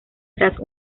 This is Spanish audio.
tras